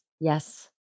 Yes